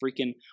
freaking